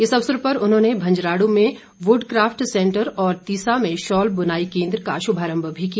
इस अवसर पर उन्होंने भंजराडू में वुड काफ्ट सेंटर और तीसा में शॉल बुनाई केन्द्र का श्भारंभ भी किया